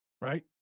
Right